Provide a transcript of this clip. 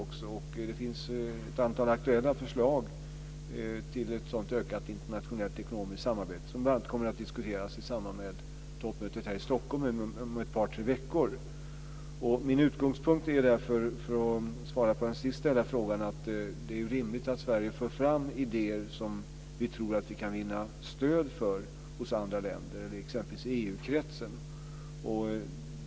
Och det finns ett antal aktuella förslag till ett sådant ökat internationellt ekonomiskt samarbete som bl.a. kommer att diskuteras i samband med toppmötet här i Stockholm om ett par tre veckor. Min utgångspunkt är därför, för att svara på den sist ställda frågan, att det är rimligt att Sverige för fram idéer som vi tror att vi kan vinna stöd för hos andra länder, t.ex. i EU-kretsen.